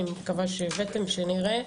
אני מקווה שהבאתם ושנראה,